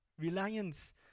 Reliance